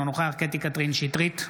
אינו נוכח קטי קטרין שטרית,